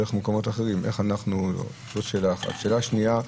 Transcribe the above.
שאלה שנייה,